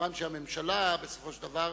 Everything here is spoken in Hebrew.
כמובן הממשלה, בסופו של דבר,